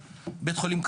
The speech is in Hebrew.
בית חולים העמק,